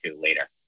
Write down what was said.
later